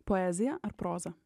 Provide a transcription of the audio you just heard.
poezija ar proza